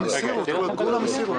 כולם הסירו.